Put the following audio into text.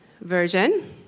version